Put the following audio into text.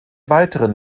weiteren